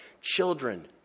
Children